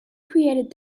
created